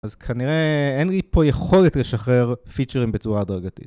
אז כנראה אין לי פה יכולת לשחרר פיצ'רים בצורה הדרגתית